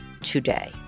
today